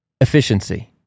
Efficiency